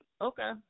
Okay